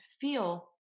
feel